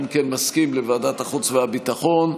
מסכים לוועדת החוץ והביטחון.